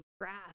grass